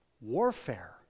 Warfare